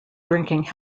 drinking